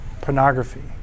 pornography